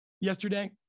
yesterday